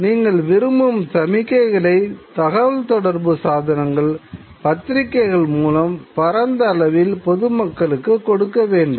நீங்கள் விரும்பும் சமிக்ஞைகளை தகவல்தொடர்பு சாதனங்கள் பத்திரிகைகள் மூலம் பரந்த அளவில் பொதுமக்களுக்கு கொடுக்க வேண்டும்